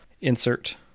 Insert